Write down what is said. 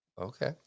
okay